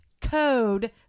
code